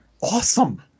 awesome